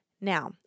Now